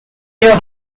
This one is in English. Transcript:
mia